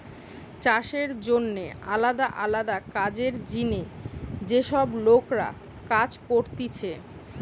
চাষের জন্যে আলদা আলদা কাজের জিনে যে সব লোকরা কাজ করতিছে